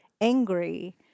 angry